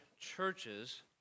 churches